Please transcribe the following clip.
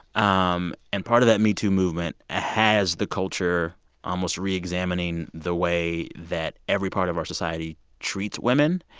um and part of that metoo movement ah has the culture almost re-examining the way that every part of our society treats women.